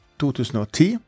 2010